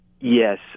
Yes